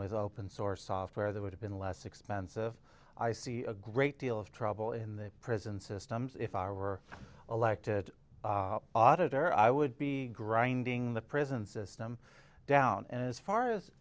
with open source software that would have been less expensive i see a great deal of trouble in the prison systems if i were elected auditor i would be grinding the prison system down and as far as